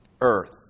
earth